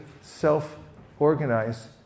self-organize